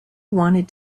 wanted